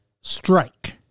strike